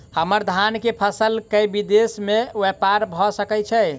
हम्मर धान केँ फसल केँ विदेश मे ब्यपार भऽ सकै छै?